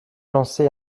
lancé